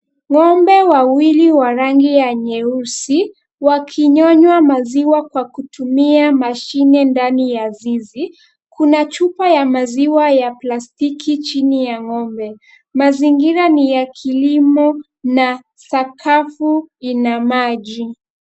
Ng'ombe wawili wa rangi ya nyeusi, wakinyonywa maziwa kwa kutumia mashine ndani ya zizi. Kuna chupa ya maziwa ya plastiki chini ya ng'ombe. Mazingira ni ya kilimo na sakafu ina maji.